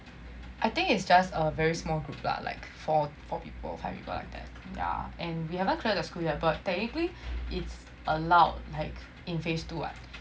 I think it's just a very small group lah like four four people five people like that kind yeah and we haven't clear the school yet but technically it's allowed like in phase two [what]